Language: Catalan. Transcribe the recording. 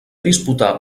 disputà